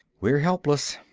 we're helpless.